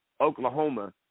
Oklahoma